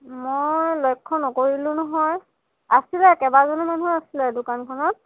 মই লক্ষ্য নকৰিলো নহয় আছিলে কেইবাজনো মানুহ আছিলে দোকানখনত